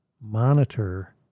monitor